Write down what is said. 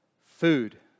food